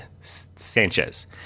sanchez